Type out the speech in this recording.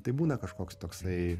tai būna kažkoks toksai